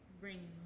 bring